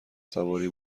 سواری